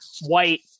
white